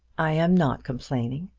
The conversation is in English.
i am not complaining.